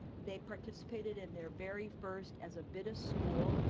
they participated in their very first as a bita school.